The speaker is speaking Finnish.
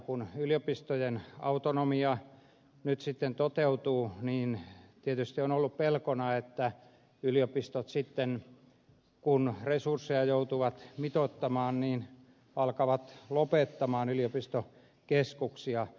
kun yliopistojen autonomia nyt sitten toteutuu niin tietysti on ollut pelkona että sitten kun yliopistot joutuvat resursseja mitoittamaan ne alkavat lopettamaan yliopistokeskuksia